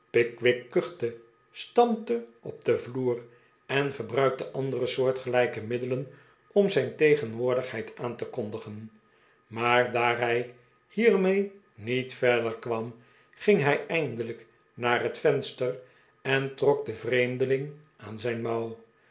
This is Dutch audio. kuchte stampte op den vloer en gebruikte andere soortgelijke middelen om zijn tegenwoordigheid aan te kondigen maar daar hij hiermee niet verder kwam ging hij eindelijk naar het venster en trok den vreemdeling aan zijn